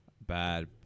bad